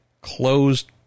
closed